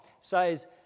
says